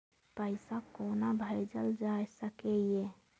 पैसा कोना भैजल जाय सके ये